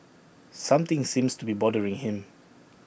something seems to be bothering him